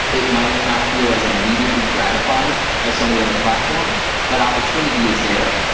it might not feel as immediately gratifying as some of the other platforms, but opportunity is there,